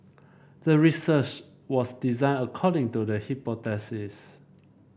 the research was designed according to the hypothesis